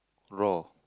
raw